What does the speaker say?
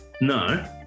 no